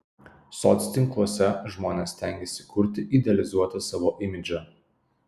soctinkluose žmonės stengiasi kurti idealizuotą savo imidžą